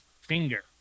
finger